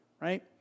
right